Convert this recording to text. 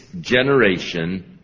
generation